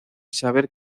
saber